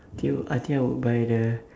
K I think I would buy the